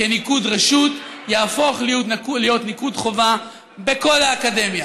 כניקוד רשות יהפוך להיות ניקוד חובה בכל האקדמיה.